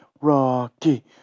Rocky